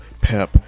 Pep